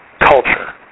culture